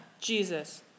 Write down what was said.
Jesus